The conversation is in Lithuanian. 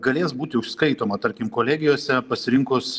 galės būti užskaitoma tarkim kolegijose pasirinkus